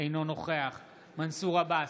אינו נוכח מנסור עבאס,